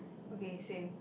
okay same